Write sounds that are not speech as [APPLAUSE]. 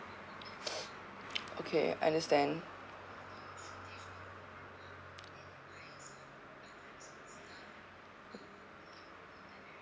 [BREATH] okay understand